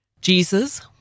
Jesus